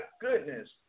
goodness